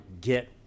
get